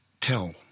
tell